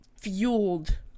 fueled